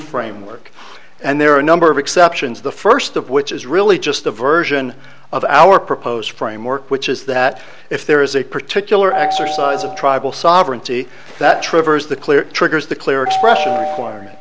framework and there are a number of exceptions the first of which is really just a version of our proposed framework which is that if there is a particular exercise of tribal sovereignty that triggers the clear triggers the clear expression